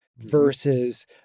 versus